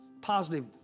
positive